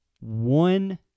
one